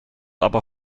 aber